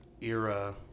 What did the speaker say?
era